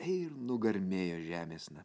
ir nugarmėjo žemėsna